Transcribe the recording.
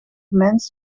mens